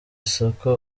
isoko